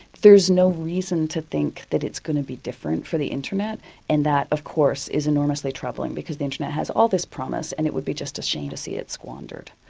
there's no reason to think that it's going to be different for the internet and that of course is enormously troubling, because the internet has all this promise and it would be just a shame to see it squandered.